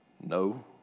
No